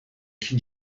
cyn